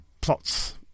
plots